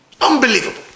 unbelievable